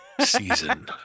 season